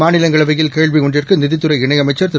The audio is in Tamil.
மாநிலங்களவையில்கேள்விஒன்றுக்குநிதித்துறைஇணைஅ மைச்சர்திரு